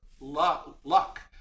luck